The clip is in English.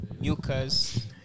mucus